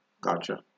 Gotcha